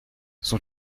son